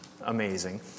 amazing